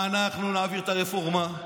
אנחנו נעביר את הרפורמה,